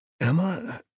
Emma